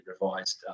revised